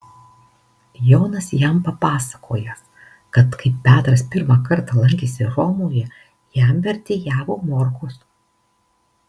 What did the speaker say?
jonas jam papasakojęs kad kai petras pirmą kartą lankėsi romoje jam vertėjavo morkus